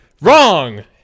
wrong